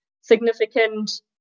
significant